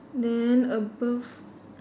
then above